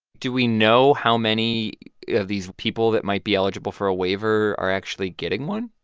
do we know how many of these people that might be eligible for a waiver are actually getting one?